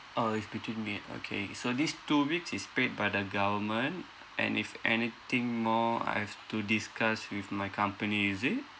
orh it's between me and okay so these two weeks is paid by the government and if anything more I've to discuss with my company is it